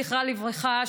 זכרה לברכה,